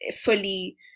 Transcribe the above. fully